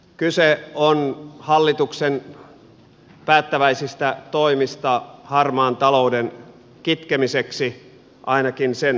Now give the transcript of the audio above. kyse on hallituksen päättäväisistä toimista harmaan talouden kitkemiseksi ainakin sen vähentämiseksi